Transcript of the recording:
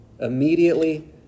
immediately